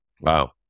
Wow